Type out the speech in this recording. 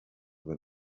with